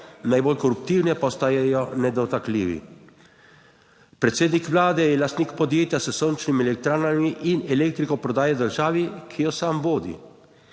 najbolj koruptivni pa ostajajo nedotakljivi. Predsednik vlade je lastnik podjetja s sončnimi elektrarnami in elektriko prodaja državi, ki jo sam vodi.